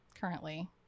currently